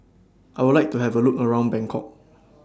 I Would like to Have A Look around Bangkok